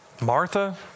Martha